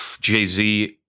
Jay-Z